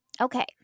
okay